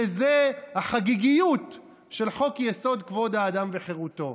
וזו החגיגיות של חוק-יסוד: כבוד האדם וחירותו,